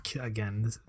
again